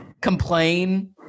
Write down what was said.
complain